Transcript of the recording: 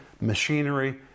machinery